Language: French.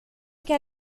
cas